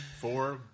four